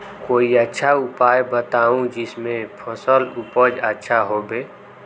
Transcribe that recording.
कोई अच्छा उपाय बताऊं जिससे फसल उपज अच्छा होबे